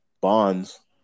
bonds